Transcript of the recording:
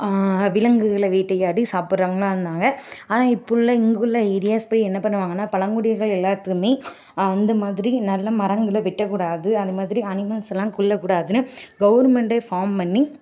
விலங்குகளை வேட்டையாடி சாப்பிட்றவங்களா இருந்தாங்க ஆனால் இப்போ உள்ள இங்குள்ள போய் என்ன பண்ணுவாங்கன்னா பழங்குடியினர்கள் எல்லார்த்துக்குமே அந்த மாதிரி நல்ல மரங்களை வெட்டக்கூடாது அந்த மாதிரி அனிமல்ஸுலாம் கொல்லக்கூடாதுன்னு கவர்மெண்ட்டே ஃபாம் பண்ணி